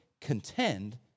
contend